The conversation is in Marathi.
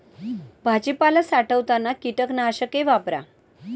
भाजीपाला साठवताना कीटकनाशके वापरा